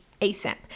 ASAP